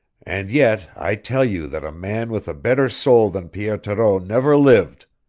and yet i tell you that a man with a better soul than pierre thoreau never lived,